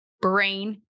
brain